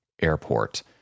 airport